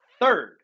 third